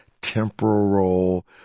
temporal